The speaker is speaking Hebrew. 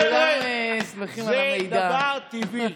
חבר'ה, זה דבר טבעי.